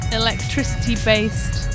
electricity-based